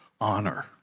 honor